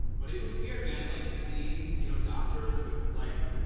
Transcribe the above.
but it was weird, man. like seeing, you know, doctors with, like,